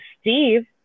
Steve